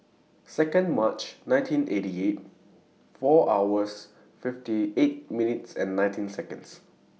Second March nineteen eighty eight four hours fifty eight minutes and nineteen Seconds